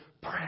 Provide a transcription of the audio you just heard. pray